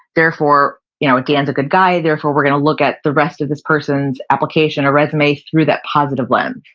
therefore you know dan's a good guy, therefore we're going to look at the rest of this person's application or resume through that positive lens.